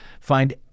find